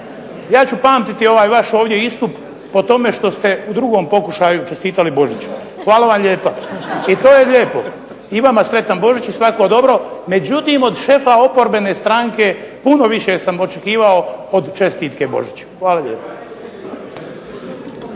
ja ću pamtiti ovaj vaš istup po tome što ste u drugom pokušaju čestitali Božić, hvala vam lijepa, i to je lijepo, i vama Sretan Božić i svako dobro međutim, od šefa oporbene stranke puno više sam očekivao od čestitke Božića, hvala lijepo.